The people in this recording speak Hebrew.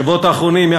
בשבועות האחרונים,